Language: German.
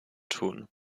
tun